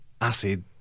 acid